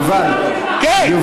כן.